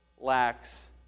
lacks